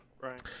Right